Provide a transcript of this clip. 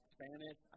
Spanish